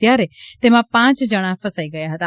ત્યારે તેમાં પાંચ જણા ફસાઈ ગયા હતા